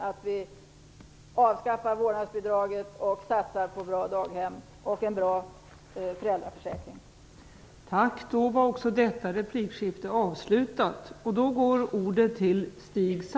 Att vi avskaffar vårdnadsbidraget, satsar på bra daghem och en bra föräldraförsäkring är ett led i politiken.